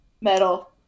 metal